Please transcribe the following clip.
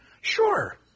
Sure